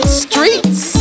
streets